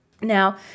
Now